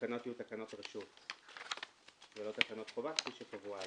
שהתקנות יהיו תקנות רשות ולא תקנות חובה כפי שקבוע היום.